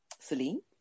Celine